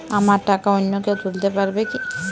আমার টাকা অন্য কেউ তুলতে পারবে কি?